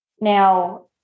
Now